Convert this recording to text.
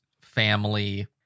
family